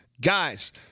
Guys